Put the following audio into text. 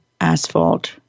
asphalt